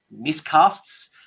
miscasts